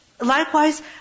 Likewise